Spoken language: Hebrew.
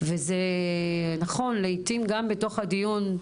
וזה נכון לעיתים גם בתוך הדיון,